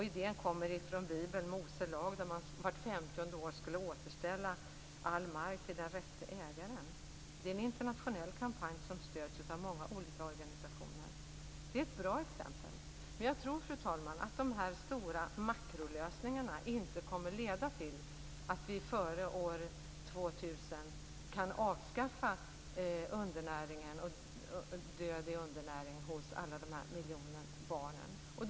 Idén kommer från Bibeln och Mose lag där man vart femtionde år skulle återställa all mark till den rätte ägaren. Det är en internationell kampanj som stöds av många olika organisationer. Det är ett bra exempel. Men jag tror, fru talman, att de stora makrolösningarna inte kommer att leda till att vi före år 2000 kan avskaffa död i undernäring hos alla de här miljonerna barn.